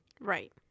Right